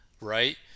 right